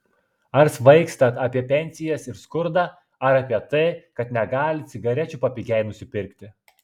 ar svaigstat apie pensijas ir skurdą ar apie tai kad negalit cigarečių papigiai nusipirkti